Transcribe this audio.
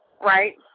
right